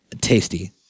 tasty